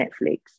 Netflix